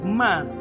man